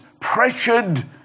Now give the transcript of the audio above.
pressured